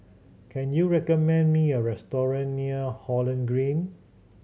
can you recommend me a restaurant near Holland Green